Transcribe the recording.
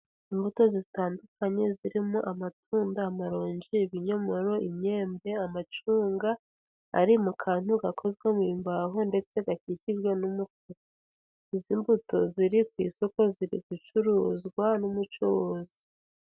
Imbuto zitandukanye zirimo amatunda, amaronji, ibinyomoro, imyembe, amacunga ari mu kantu gakozwe mu mbaho ndetse gakikijwe n'umufuka, izi mbuto ziri ku isoko ziri gucuruzwa n'umucuruzi.